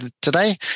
today